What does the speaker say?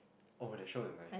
oh the show is nice